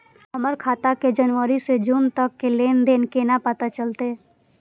हमर खाता के जनवरी से जून तक के लेन देन केना पता चलते?